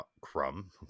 Crumb